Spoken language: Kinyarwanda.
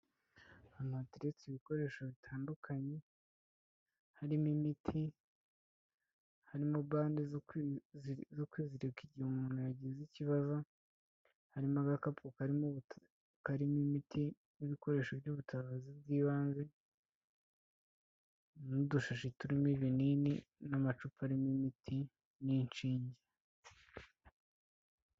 Ahantu hateretse ibikoresho bitandukanye harimo imiti, harimo bande zo kwizirika igihe umuntu yagize ikibazo, harimo agakapu karimo, karimo imiti n'ibikoresho by'ubutabazi bw'ibanze, n'udushashi turimo ibinini n'amacupa arimo imiti n'inshinge.